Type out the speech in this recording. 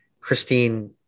Christine